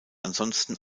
ansonsten